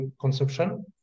consumption